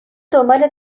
دنبال